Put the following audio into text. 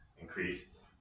increased